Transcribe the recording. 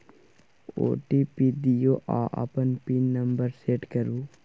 OTP दियौ आ अपन पिन नंबर सेट करु